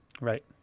Right